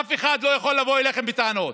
אף אחד לא יכול לבוא אליכם בטענות.